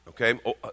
okay